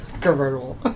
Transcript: convertible